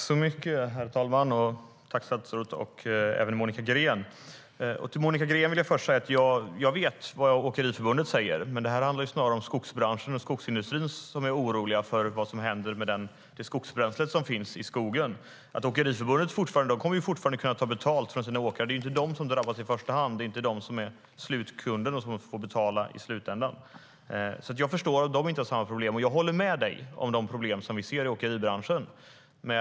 Herr talman! Till Monica Green vill jag först säga att jag vet vad åkeriförbundet säger, men det här handlar snarare om skogsbranschen och skogsindustrin där man är orolig för vad som händer med det skogsbränsle som finns i skogen. Åkeriförbundet kommer fortfarande att kunna ta betalt från sina åkare, så det är inte de som drabbas i första hand. De är inte de som är slutkunder som får betala i slutändan. Jag förstår att de inte har samma problem. Jag håller med dig om de problem som vi ser i åkeribranschen.